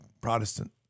Protestant